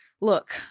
Look